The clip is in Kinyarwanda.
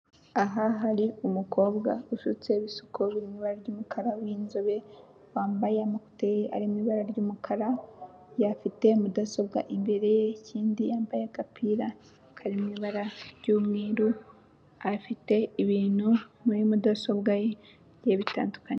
Aha hari umukobwa usutse ibisuko biri mu ibara ry'umukara w'inzobe, wambaye amakutere ari mu ibara ry'umukara, afite mudasobwa imbere ye, ikindi yambaye agapira kari mu ibara ry'umweru afite ibintu muri mudasobwa ye bigiye bitandukanye.